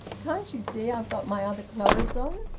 can't you see i've got my other clothes on?